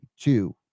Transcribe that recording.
two